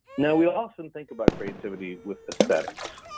now, we will often think about creativity with aesthetics.